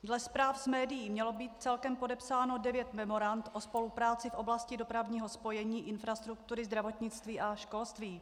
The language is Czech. Dle zpráv z médií mělo být celkem podepsáno 9 memorand o spolupráci v oblasti dopravního spojení, infrastruktury, zdravotnictví a školství.